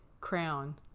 crown